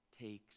takes